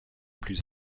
plus